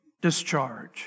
discharge